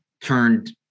turned